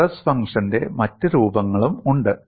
stress ഫംഗ്ഷന്റെ മറ്റ് രൂപങ്ങളും ഉണ്ട്